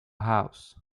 house